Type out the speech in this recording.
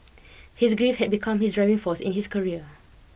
his grief had become his driving force in his career